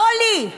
לא לי,